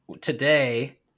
today